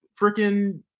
freaking